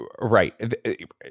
Right